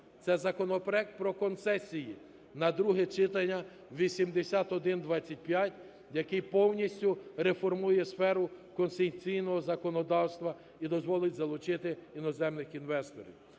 Це законопроект про концесії на друге читання (8125), який повністю реформує сферу концесійного законодавства. І дозволить залучити іноземних інвесторів.